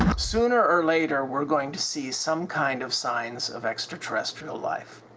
sooner or later we're going to see some kind of signs of extraterrestrial life